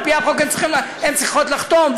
על-פי החוק הן צריכות לחתום,